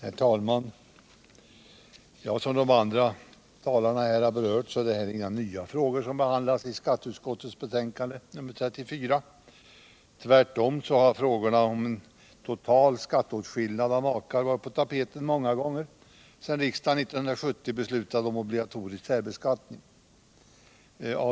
Herr talman! Såsom de andra talarna nämnt är det inga nya frågor som behandlas i skatteutskottets betänkande nr 34. Tvärtom har frågorna om en total skatteåtskillnad av makar varit på tapeten många gånger sedan riksdagen 1970 beslutade om obligatorisk särbeskattning.